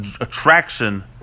attraction